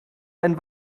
einen